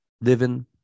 living